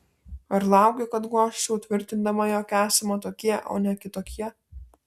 ar lauki kad guosčiau tvirtindama jog esame tokie o ne kitokie